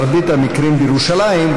מרבית המקרים בירושלים,